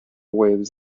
waves